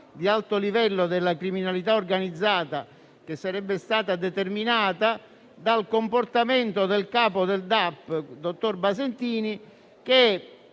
di alto livello della criminalità organizzata sarebbe stata determinata dal comportamento del capo del DAP, dottor Basentini, che